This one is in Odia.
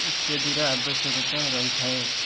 ଇତ୍ୟାଦିର ଆବଶ୍ୟକତା ରହିଥାଏ